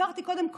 דיברתי קודם,